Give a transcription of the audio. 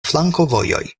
flankovojoj